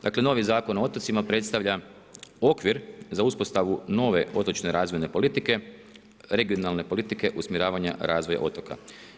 Dakle novi Zakon o otocima predstavlja okvir za uspostavu nove otočne razvojne politike, regionalne politike usmjeravanja razvoja otoka.